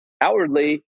outwardly